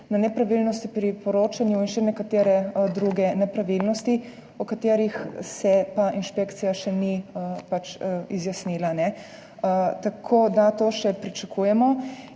na nepravilnosti pri poročanju in še nekatere druge nepravilnosti, o katerih se pa inšpekcija še ni izjasnila. Tako da to še pričakujemo